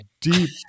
deep